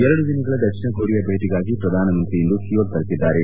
ಎರಡು ದಿನಗಳ ದಕ್ಷಿಣ ಕೊರಿಯಾ ಭೇಟಿಗಾಗಿ ಪ್ರಧಾನಮಂತ್ರಿ ಇಂದು ಸಿಯೋಲ್ ತಲುಪಿದ್ದಾರೆ